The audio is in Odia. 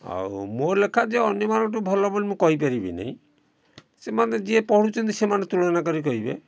ଆଉ ମୋ ଲେଖା ଯେ ଅନ୍ୟମାନଙ୍କଠୁ ଭଲ ବୋଲି ମୁଁ କହିପାରିବିନି ସେମାନେ ଯିଏ ପଢ଼ୁଛନ୍ତି ସେମାନେ ତୁଳନା କରି କହିବେ